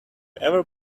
ever